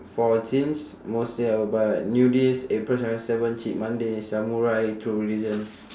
for jeans mostly I will buy like nudies april seventy seven cheap monday samurai true religion